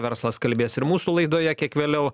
verslas kalbės ir mūsų laidoje kiek vėliau